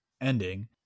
ending